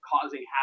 causing